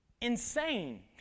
insane